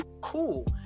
cool